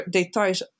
details